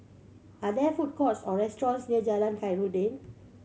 are there food courts or restaurants near Jalan Khairuddin